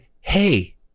hey